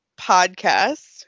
Podcast